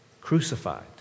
crucified